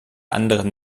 anderen